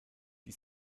die